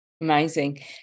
Amazing